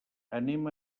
anem